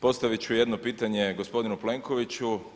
Postavit ću jedno pitanje gospodinu Plenkoviću.